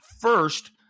First